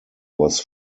was